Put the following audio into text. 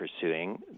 pursuing